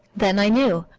then i knew.